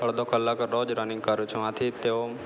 અડધો કલાક રોજ રનિંગ કરું છું આથી તેઓ